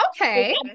Okay